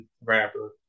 rapper